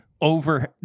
over